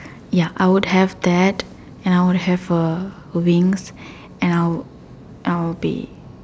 ya I would have that and I would have a ring and I'll and I'll be